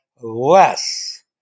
less